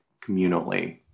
communally